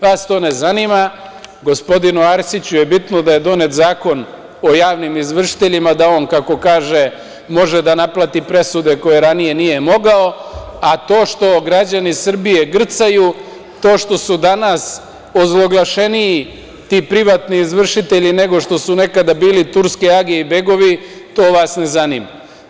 Vas to ne zanima, gospodinu Arsiću je bitno da je donet Zakona o javnim izvršiteljima da on, kako kaže može da naplati presude koje ranije nije mogao, a to što građani Srbije grcaju, to što su danas ozloglašeniji ti privatni izvršitelji nego što su nekada bili turske age i begovi, to vas ne zanima.